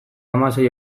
hamasei